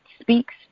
speaks